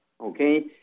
Okay